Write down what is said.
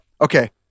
okay